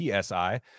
psi